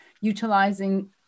utilizing